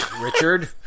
Richard